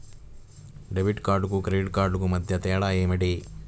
Debit కార్డుకు credit credit కార్డుకు మధ్య తేడా ఏమిటీ?